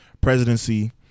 presidency